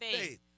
faith